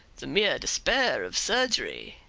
the mere despair of surgery,